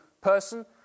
person